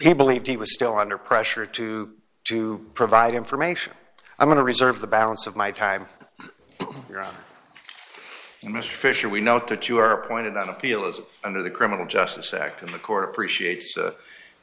he believed he was still under pressure to do provide information i want to reserve the balance of my time mr fisher we note that you were appointed on appeal is under the criminal justice act and the court appreciate your